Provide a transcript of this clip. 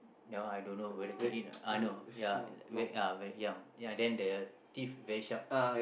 that one I don't know whether can eat or not uh no ya uh ya ya very young then the teeth very sharp